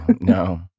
no